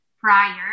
prior